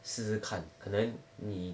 试试看可能你